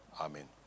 amen